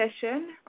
session